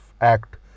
act